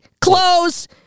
close